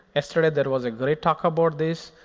yesterday there was a great talk about this.